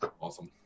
Awesome